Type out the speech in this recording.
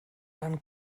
dann